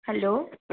hello